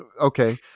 okay